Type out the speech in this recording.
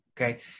Okay